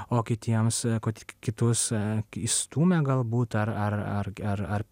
o kitiems kitus įstūmė galbūt ar ar ar